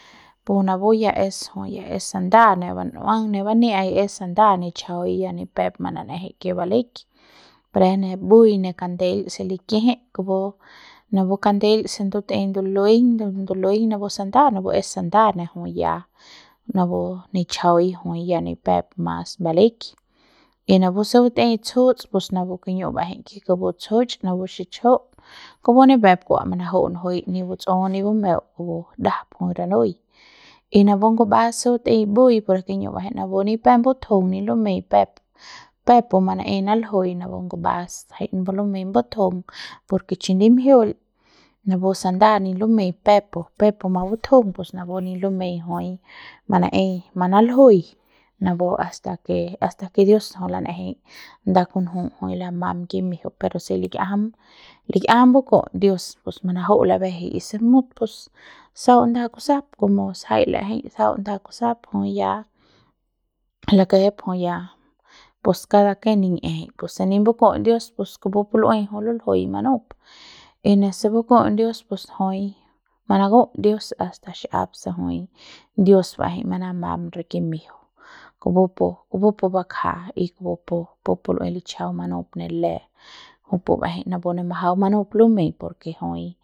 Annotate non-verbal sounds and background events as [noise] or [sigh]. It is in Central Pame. [noise] pus napu ya es jui ya es sanda ne ban'uang ne bania'a ya [noise] es sanda nichjai ya ni pep nan'ejei ke baleik pure mbu'ui ne kandel se likijit kupu napu kandel se ndutei ndulueiñ ndulueiñ napu sanda napu es sanda ne jui ya napu nichjai jui ya ni pep mas baleik y napu se batei tsjuts pus napu kiñu'u ba'ejei ke kupu tsju'uch napu xichju kupu ni pep kua manaju'u njuei [noise] ni buts'u ni bumeu kupu ndajap jui ranui y napu ngumbas batei mbu'ui pore kiñu'u ba'ejei napu ni pep batjung ni lumei pep peuk pu manaei naljuiñ napu ngumbas jai ni lumei mbatjung por ke chi ndimjiul napu sanda ni lumei pepu pepu [noise] mabutjung pus napu ni lumei jui manaei manaljui napu hasta ke hasta ke dios jui lan'ejei nda kunju jui lamam kimiejeu pero se likiajam likiajam baku'uts dios pus manaju'u labejei y si mut pus sau nda kusap komo sajai la'ejei sau nda kusap jui ya lakejep jui ya pus kada kien nin'ieje pus se nip baku'uts dios pus kupu lu'ui jui luljui manup y nese baku'uts dios pus jui manaku'uts dios hasta xap se jui dios ba'ejei manamam re kimiejeu kupu kupu bakja y kupu kupu lu'ui lichjau manup ne le jupu ba'ejei napu ne majau manup lumei por ke jui.